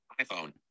iPhone